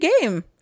game